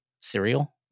Cereal